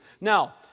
Now